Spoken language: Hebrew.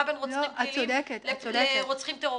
בין רוצחים פליליים לרוצחים טרוריסטים.